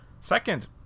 Second